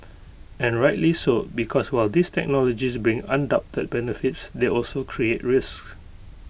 and rightly so because while these technologies bring undoubted benefits they also create risks